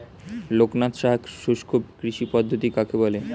লোকনাথ সাহা শুষ্ককৃষি পদ্ধতি কাকে বলে?